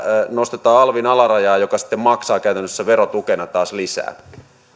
nostetaan alvin alarajaa se sitten maksaa käytännössä verotukena taas lisää